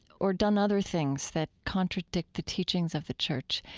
or done other things that contradict the teachings of the church.